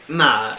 nah